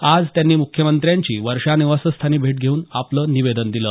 आज त्यांनी मुख्यमंत्र्यांची वर्षा निवास्थानी भेट घेऊन आपलं निवेदन दिलं